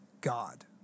God